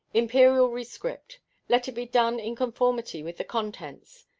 imperial rescript let it be done in conformity with the contents.